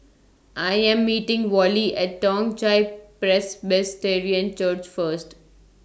I Am meeting Vollie At Toong Chai Presbyterian and Church First